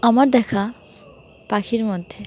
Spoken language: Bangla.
আমার দেখা পাখির মধ্যে